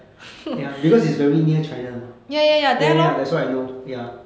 ya because it's very near china that's why I know